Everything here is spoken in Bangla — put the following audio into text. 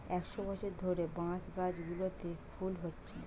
একশ বছর ধরে বাঁশ গাছগুলোতে ফুল হচ্ছে